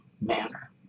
manner